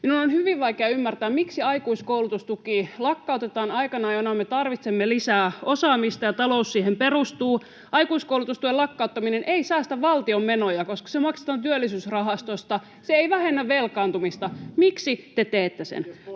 Minun on hyvin vaikea ymmärtää, miksi aikuiskoulutustuki lakkautetaan aikana, jona me tarvitsemme lisää osaamista ja talous siihen perustuu. Aikuiskoulutustuen lakkauttaminen ei säästä valtion menoja, koska se maksetaan Työllisyysrahastosta. Se ei vähennä velkaantumista. Miksi te teette sen?